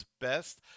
best